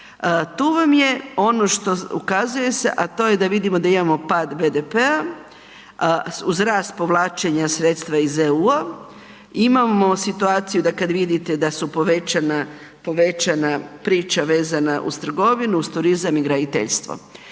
Tu vam je ono na što se ukazuje, a to je da vidimo da imamo pad BDP-a uz rast povlačenja sredstva iz EU-a, imamo situaciju kada vidite da su povećana priča vezana uz trgovinu, turizma i graditeljstvo.